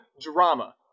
drama